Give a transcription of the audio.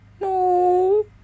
No